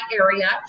area